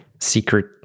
secret